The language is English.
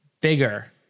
bigger